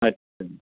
अच्छा